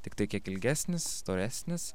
tiktai kiek ilgesnis storesnis